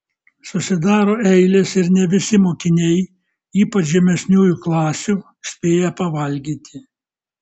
susidaro eilės ir ne visi mokiniai ypač žemesniųjų klasių spėja pavalgyti